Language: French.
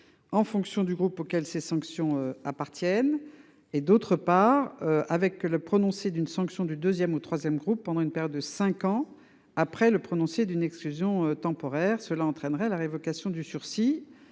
En fonction du groupe auquel ces sanctions appartiennent et d'autre part avec le prononcé d'une sanction du deuxième ou troisième groupe pendant une période de 5 ans après le prononcé d'une exclusion temporaire. Cela entraînerait la révocation du sursis